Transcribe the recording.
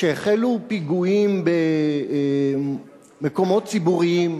כשהחלו פיגועים במקומות ציבוריים,